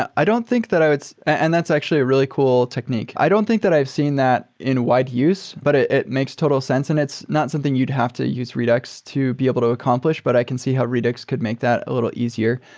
i don't think that and that's actually a really cool technique. i don't think that i've seen that in wide use, but ah it makes total sense and it's not something you'd have to use redux to be able to accomplish. but i can see how redux could make that a little easier.